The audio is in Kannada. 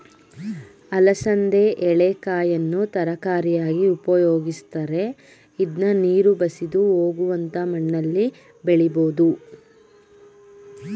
ಅಲಸಂದೆ ಎಳೆಕಾಯನ್ನು ತರಕಾರಿಯಾಗಿ ಉಪಯೋಗಿಸ್ತರೆ, ಇದ್ನ ನೀರು ಬಸಿದು ಹೋಗುವಂತ ಮಣ್ಣಲ್ಲಿ ಬೆಳಿಬೋದು